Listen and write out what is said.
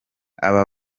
aba